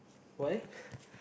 why